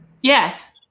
Yes